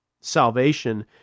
salvation